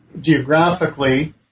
Geographically